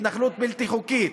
התנחלות בלתי חוקית.